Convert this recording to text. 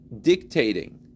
dictating